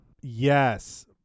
Yes